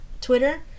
Twitter